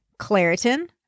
Claritin